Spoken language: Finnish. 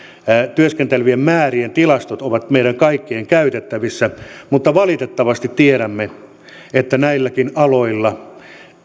työskentelevien määrien tilastot ovat meidän kaikkien käytettävissä mutta valitettavasti tiedämme että näilläkin aloilla